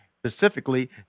Specifically